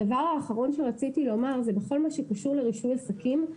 הדבר האחרון שרציתי לומר זה בכל מה שקשור לרישוי עסקים,